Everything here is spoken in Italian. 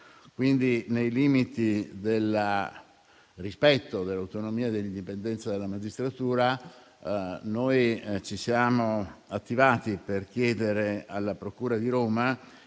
Quindi, nei limiti del rispetto dell'autonomia e dell'indipendenza della magistratura, noi ci siamo attivati per chiedere alla procura di Roma